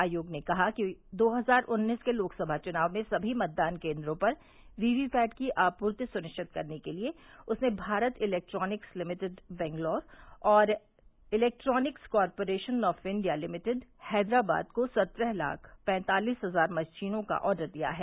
आयोग ने कहा कि दो हजार उन्नीस के लोकसभा चुनाव में सभी मतदान केन्द्रों पर वीवीपैट की आपूर्ति सुनिरिचत करने के लिए उसने भारत इलेक्ट्रॉनिक्स लिमिटेड बंगलौर और electronics corporation of India limited Hyderabad को सत्रह लाख पैंतालिस हजार मशीनों का ऑर्डर दिया है